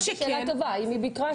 זאת שאלה טובה האם היא ביקרה שם.